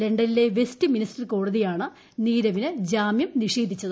ലണ്ടനിലെ Westminster കോടതിയാണ് നീരവിന് ജാമ്യം നിഷേധിച്ചത്